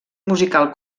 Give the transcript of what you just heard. musical